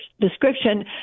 description